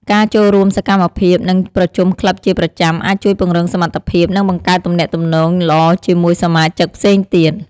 ការចូលរួមសកម្មភាព និងប្រជុំក្លឹបជាប្រចាំ អាចជួយពង្រឹងសមត្ថភាព និងបង្កើតទំនាក់ទំនងល្អជាមួយសមាជិកផ្សេងទៀត។